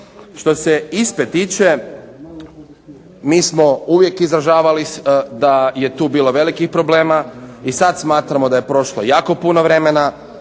Što se ISPA-e tiče mi smo uvijek izražavali da je tu bilo velikih problema. I sad smatramo da je prošlo jako puno vremena,